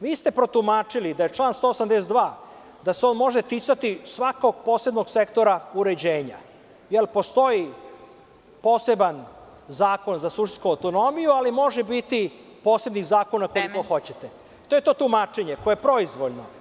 Vi ste protumačili da se član 182. može ticati svakog posebnog sektora uređenja, jer postoji poseban zakon za sudsku autonomiju, ali može biti posebnih zakona koliko hoćete. (Predsedavajuća: Vreme.) To je to tumačenje koje je proizvoljno.